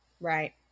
Right